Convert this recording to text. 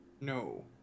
no